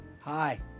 Hi